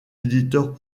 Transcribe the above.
éditeurs